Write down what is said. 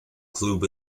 club